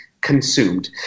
consumed